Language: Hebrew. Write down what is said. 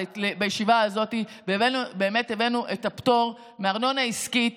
אבל בישיבה הזאת הבאנו את הפטור מארנונה עסקית